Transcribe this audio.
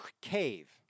cave